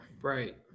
right